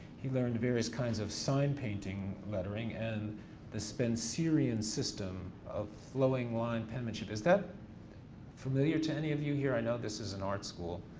he learned various kinds of sign painting lettering and the spencerian system of flowing line penmanship. is that familiar to any of you here? i know this is an art school.